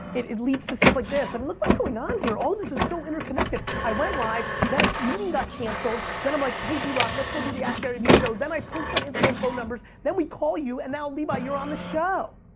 it leads to stuff like this. i mean look what's going on here. all of this is so interconnected. i went live, then a meeting got canceled. then i'm like, hey, drock, let's go do the askgaryvee show, then i post on instagram phone numbers, then we call you and now levi you're on the show.